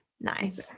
Nice